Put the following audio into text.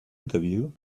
interview